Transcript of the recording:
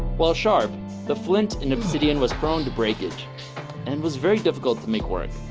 while sharp the flint and obsidian was prone to breakage and was very difficult to make work